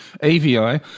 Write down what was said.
AVI